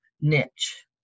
niche